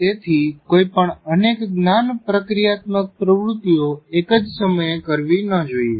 તેથી કોઈ પણ અનેક જ્ઞાન પ્રક્રિયાત્મક પ્રવૃત્તિઓ એક જ સમયે કરવી ન જોઈએ